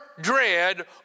dread